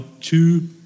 two